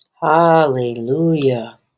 Hallelujah